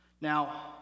Now